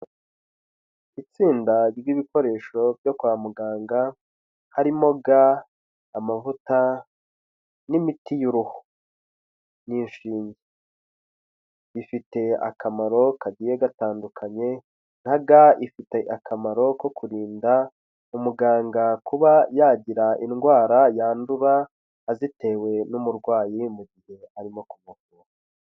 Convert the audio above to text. Itsinda ry'ibikoresho byo kwa muganga harimo ga, amavuta n'imiti y'uruhu n'inshinge, bifite akamaro kagiye gatandukanye, nka ga ifite akamaro ko kurinda umuganga kuba yagira indwara yandura azitewe n'umurwayi mu gihe arimo kumuvura.